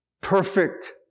perfect